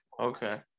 Okay